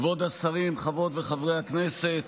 כבוד השרים, חברות וחברי הכנסת,